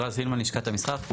רז הילמן, לשכת המסחר.